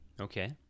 Okay